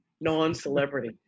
non-celebrity